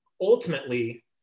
ultimately